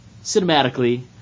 cinematically